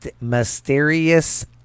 mysterious